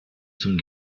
zum